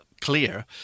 clear